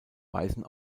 weisen